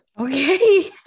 okay